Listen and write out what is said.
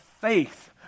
faith